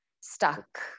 stuck